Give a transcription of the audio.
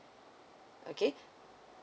okay